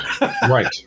Right